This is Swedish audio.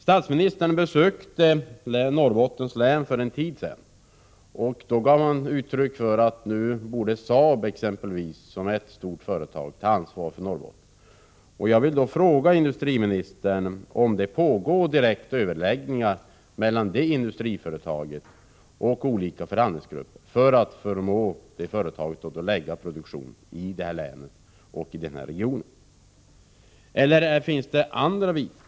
Statsministern besökte för en tid sedan Norrbottens län. Då gav han uttryck för uppfattningen att exempelvis Saab, som är ett stort företag, nu borde ta ansvar för Norrbotten. Jag vill mot denna bakgrund fråga industriministern om det pågår direkta överläggningar mellan Saab och olika förhandlingsgrupper för att förmå detta industriföretag att förlägga produktion i Norrbottens län och denna region. Eller finns det andra förslag?